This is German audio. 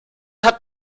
hat